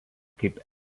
kaip